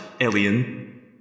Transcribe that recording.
alien